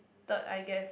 third I guess